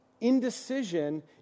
Indecision